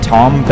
Tom